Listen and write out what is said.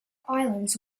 islands